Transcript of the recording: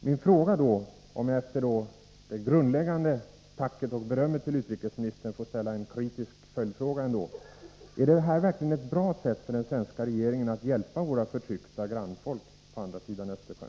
Mot den bakgrunden skulle jag, efter det inledande tacket och det beröm jag framförde till utrikesministern, vilja ställa en kritisk följdfråga: Är detta verkligen ett bra sätt när det gäller att från regeringens sida hjälpa våra grannfolk på andra sidan Östersjön?